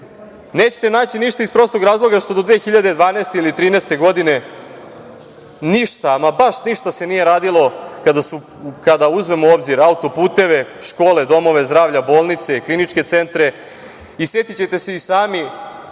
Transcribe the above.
Nećete naći ništa iz prostog razloga što do 2012. ili 2013. godine ništa, ama baš ništa se nije radilo. Kada uzmemo u obzir autoputeve, škole, domove zdravlja, bolnice, kliničke centre, setićete se i sami